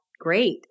great